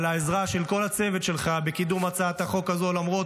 על העזרה של כל הצוות שלך בקידום הצעת החוק הזו למרות